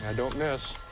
don't miss.